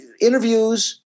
interviews